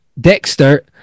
Dexter